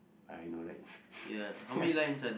I know right